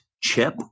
chip